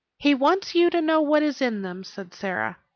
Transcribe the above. he wants you to know what is in them, said sara